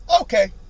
Okay